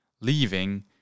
leaving